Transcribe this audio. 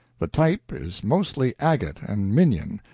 the type is mostly agate and minion,